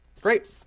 Great